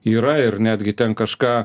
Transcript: yra ir netgi ten kažką